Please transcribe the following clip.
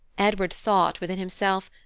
edward thought within himself,